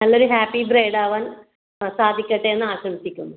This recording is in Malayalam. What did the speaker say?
നല്ല ഒരു ഹാപ്പി ബ്രൈഡ് ആവാൻ ആ സാധിക്കട്ടേന്ന് ആശംസിക്കുന്നു